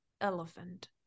elephant